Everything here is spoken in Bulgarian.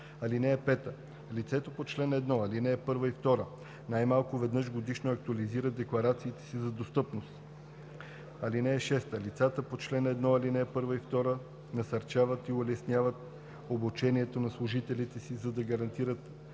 лицето. (5) Лицата по чл. 1, ал. 1 и 2 най-малко веднъж годишно актуализират декларациите си за достъпност. (6) Лицата по чл. 1, ал. 1 и 2 насърчават и улесняват обучението на служителите си, за да гарантират